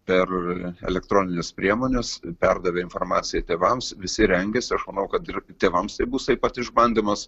per elektronines priemones perdavė informaciją tėvams visi rengiasi aš manau kad ir tėvams tai bus taip pat išbandymas